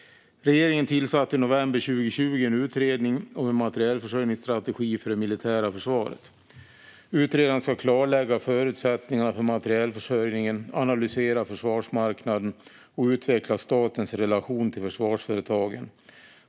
Regeringen tillsatte i november 2020 en utredning om en materielförsörjningsstrategi för det militära försvaret. Utredaren ska klarlägga förutsättningarna för materielförsörjningen, analysera försvarsmarknaden och utveckla statens relation till försvarsföretagen.